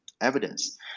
evidence